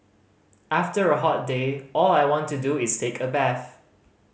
after a hot day all I want to do is take a bath